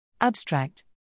Abstract